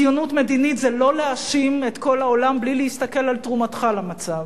ציונות מדינית זה לא להאשים את כל העולם בלי להסתכל על תרומתך למצב,